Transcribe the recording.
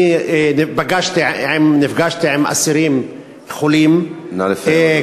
אני נפגשתי עם אסירים כחולים, נא לסיים, אדוני.